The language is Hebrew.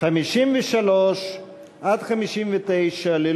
סעיפים 53 59, כהצעת הוועדה, נתקבלו.